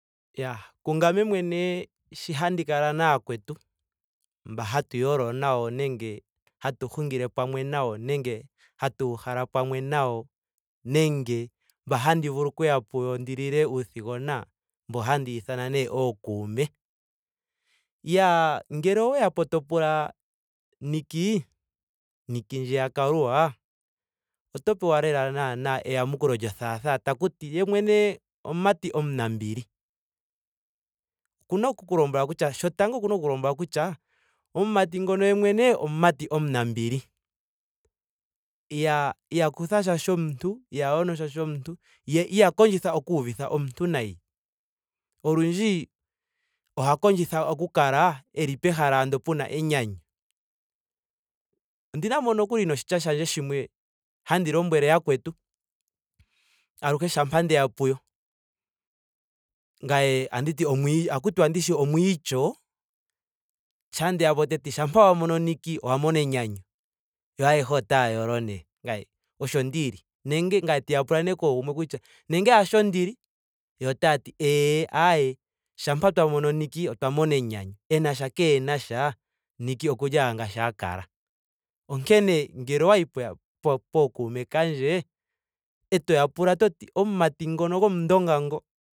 Iyaa kungame mwene sho handi kala nayakwetu mba hatu yolo nayo nenge hatu hungile pamwe nayo nenge hatuu hala pamwe nayo nenge mba handi vulu okuya puyo ndi lile uuthigona mba handi iithana nee ookume. Iyaa ngele oweyapo to pula niki. Niki ndji ya kaluwa oto pewa lela naana eyamukulo lyothathana takuti ye mwene omumati omunambili. Okuna oku ku lombwela kutya shotango okuna oku ku lombwela kutya omumati ngono yemwene omumati omunambili. Iyaa. iha kuthasha shomuntu. iha yono sha shomuntu. iha kondjtha okuuvitha omuntu nayi. Olundji oha kondjitha oku kala eli pehala ando pena enyanyu. Ondina mo nokulli noshitya shandje shimwe handi lombwele yakwetu aluhe shampa ndeya puyo. Ngame ohanditi. ohaku tiwa ndishi omwiityo. shampa nde ya po oteti. shampa wa mono niki. owa mona enyanyu. Yo ayehe otaya yolo nee. Ngame osho ndili. Nenge ngame tandi ya pula nee koogumwe kutya nenge hasho ndili? Yo otaati ee ayee shampa twa mono niki otwa mona enyanyu. Enasha keenasha. Niki okuli ashike ngaashi a kala. Onkene ngele owayi pa- po pookuume kandje etoya pula toti omumati ngono gomundonga ngo